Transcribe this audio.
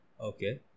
Okay